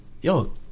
Yo